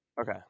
okay